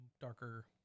darker